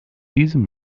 diesem